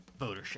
votership